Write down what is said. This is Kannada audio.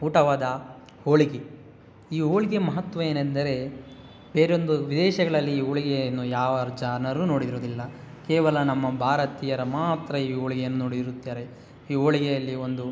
ಊಟವಾದ ಹೋಳಿಗೆ ಈ ಹೋಳ್ಗೆ ಮಹತ್ವ ಏನೆಂದರೆ ಬೇರೊಂದು ವಿದೇಶಗಳಲ್ಲಿ ಈ ಹೋಳ್ಗೆಯನ್ನು ಯಾವ ಜನರೂ ನೋಡಿರೋದಿಲ್ಲ ಕೇವಲ ನಮ್ಮ ಭಾರತೀಯರು ಮಾತ್ರ ಈ ಹೋಳಿಗೆಯನ್ನ್ ನೋಡಿರುತ್ತಾರೆ ಈ ಹೋಳಿಗೆಯಲ್ಲಿ ಒಂದು